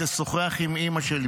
תשוחח עם אימא שלי,